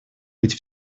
быть